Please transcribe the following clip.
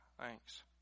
thanks